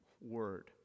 word